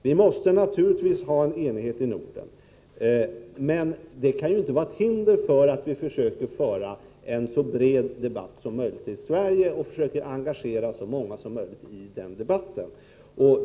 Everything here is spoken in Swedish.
Vi måste naturligtvis ha enighet i Norden, men strävan att nå denna enighet får ju inte vara ett hinder för att försöka föra en så bred debatt som möjligt i Sverige och försöka engagera så många som möjligt i den debatten.